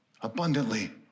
abundantly